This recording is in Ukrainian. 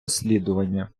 розслідування